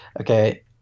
okay